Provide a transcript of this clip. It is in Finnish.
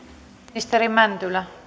ministeri mäntylä